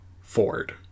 Ford